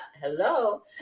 hello